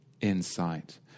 insight